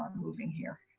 moving here?